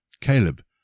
Caleb